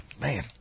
Man